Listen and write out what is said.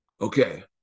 Okay